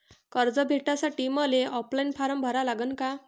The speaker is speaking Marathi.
कर्ज भेटासाठी मले ऑफलाईन फारम भरा लागन का?